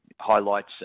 highlights